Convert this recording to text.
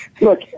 Look